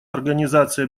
организации